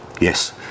yes